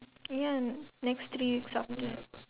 ya next three weeks afternoon